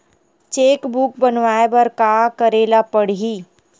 Cheque book बनवाय बर का करे ल पड़हि?